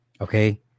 Okay